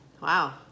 Wow